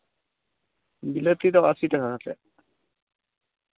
ᱵᱤᱞᱟᱹᱛᱤ ᱫᱚ ᱟᱹᱥᱤ ᱴᱟᱠᱟ ᱠᱟᱛᱮᱫ